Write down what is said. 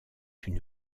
une